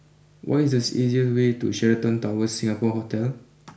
what is the easiest way to Sheraton Towers Singapore Hotel